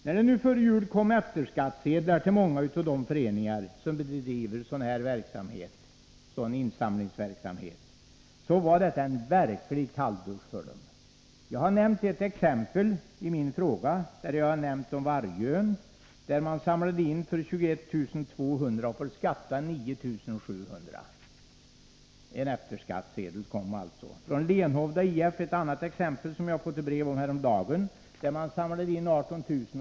När det före jul kom skattsedlar på tillkommande skatt till många av de Nr 58 föreningar som bedriver sådan här insamlingsverksamhet, så blev det en Torsdagen den verklig kalldusch för dem. Jag har nämnt ett exempel i min fråga — det gäller 12 januari 1984 Vargöns Idrottsklubb, där man samlade in papper för 21 200 kr. och får skatta 9 700 kr. En skattsedel på detta belopp kom alltså. Ett annat exempel Om skattefrihet för är Lenhovda IF, som jag fick brev från häromdagen. Där samlade man in = viss insamlingspapper för 18 000 kr.